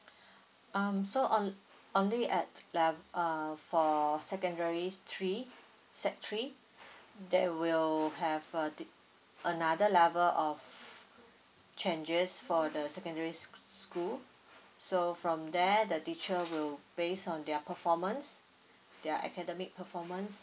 um so on~ only at lev~ err for secondary three sec three they will have a di~ another level of changes for the secondary sch~ school so from there the teacher will based on their performance their academic performance